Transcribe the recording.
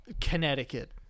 Connecticut